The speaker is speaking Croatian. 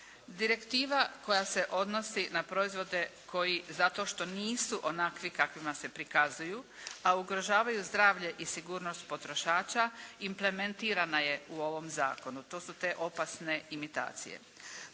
Direktiva koja se odnosi na proizvode koji zato što nisu onakvi kakvima se prikazuju a ugrožavaju zdravlje i sigurnost potrošača implementirana je u ovom zakonu. To su te opasne imitacije.